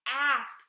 Ask